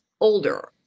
older